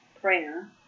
prayer